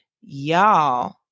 y'all